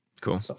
Cool